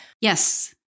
Yes